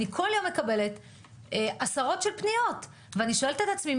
אני כל יום מקבלת עשרות של פניות ואני שואלת את עצמי,